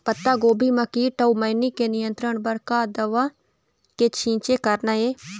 पत्तागोभी म कीट अऊ मैनी के नियंत्रण बर का दवा के छींचे करना ये?